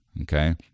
okay